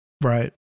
Right